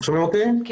אני